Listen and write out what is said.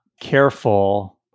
careful